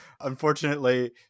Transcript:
unfortunately